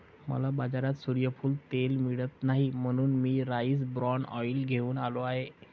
मला बाजारात सूर्यफूल तेल मिळत नाही म्हणून मी राईस ब्रॅन ऑइल घेऊन आलो आहे